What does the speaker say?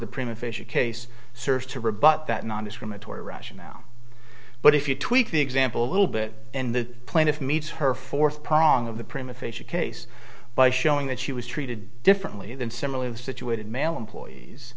the prima facia case serves to rebut that nondiscriminatory russia now but if you tweak the example a little bit and the plaintiff meets her fourth prong of the prima facia case by showing that she was treated differently than similarly situated male employees